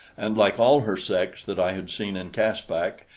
and like all her sex that i had seen in caspak,